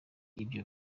ibyo